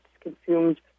consumed